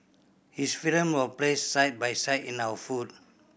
his film was placed side by side in our food